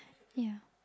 yeah